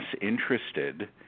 interested